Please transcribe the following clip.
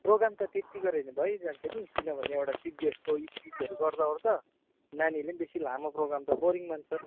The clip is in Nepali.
प्रोगाम त त्यत्ति गऱ्यो भने भइजान्छ नि किनभने एउटा चिप गेस्टको स्पिजहरू गर्दाओर्दा नानीहरूले पनि बेसी लामो प्रोगाम त बोरिङ मान्छ